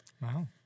Wow